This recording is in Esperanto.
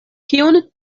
kion